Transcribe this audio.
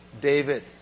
David